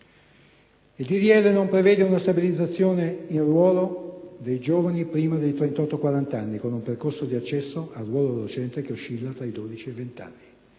legge non prevede una stabilizzazione in ruolo dei giovani prima dei 38‑40 anni, con un percorso di accesso al ruolo docente che oscilla tra i 12 e i 20 anni.